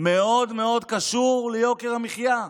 מאוד מאוד קשור ליוקר המחיה.